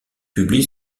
publie